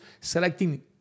selecting